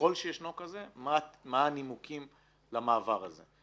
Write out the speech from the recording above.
וככל שישנו כזה, מה הנימוקים למעבר הזה?